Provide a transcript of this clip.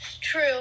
true